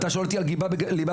אתה שואל אותי על ליבה בגנים,